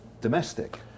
domestic